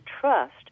trust